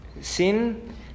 sin